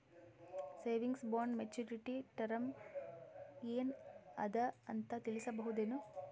Savings bond maturity term ಏನ ಅದ ಅಂತ ತಿಳಸಬಹುದೇನು?